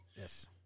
yes